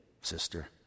sister